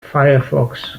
firefox